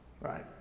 right